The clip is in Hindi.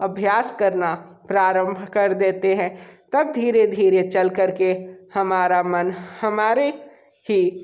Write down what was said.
अभ्यास करना प्रारम्भ कर देते हैं तब धीरे धीरे चल कर के हमारा मन हमारे ही